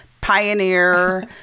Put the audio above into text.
pioneer